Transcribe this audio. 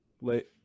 late